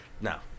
No